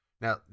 Now